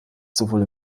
sowohl